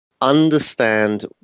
Understand